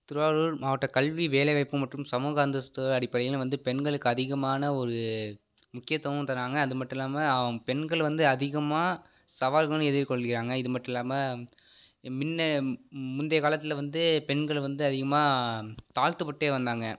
திருவாரூர் மாவட்ட கல்வி வேலை வாய்ப்பு மற்றும் சமூக அந்தஸ்து அடிப்படையில் வந்து பெண்களுக்கு அதிகமான ஒரு முக்கியத்துவமும் தராங்க அதுமட்டும் இல்லாமல் பெண்கள் வந்து அதிகமா சவால்களும் எதிர்கொள்கிறாங்க இதுமட்டும் இல்லாமல் முன்ன முந்தைய காலத்தில் வந்து பெண்கள் வந்து அதிகமாக தாழ்த்தப்பட்டே வந்தாங்க